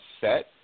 set